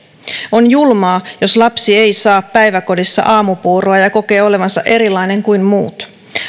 on julmaa jos lapsi ei saa päiväkodissa aamupuuroa ja kokee olevansa erilainen kuin muut